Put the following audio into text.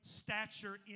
stature